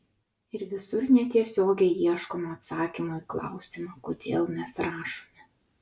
ir visur netiesiogiai ieškoma atsakymo į klausimą kodėl mes rašome